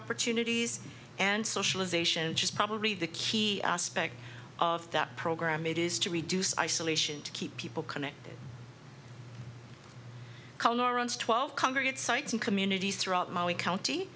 opportunities and socialization just probably the key aspect of that program it is to reduce isolation to keep people connected twelve congregate sites in communities throughout my county